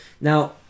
Now